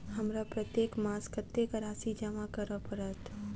हमरा प्रत्येक मास कत्तेक राशि जमा करऽ पड़त?